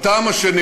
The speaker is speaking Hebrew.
הטעם השני